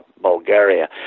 Bulgaria